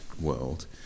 world